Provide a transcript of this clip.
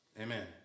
Amen